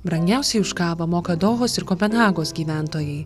brangiausiai už kavą moka dohos ir kopenhagos gyventojai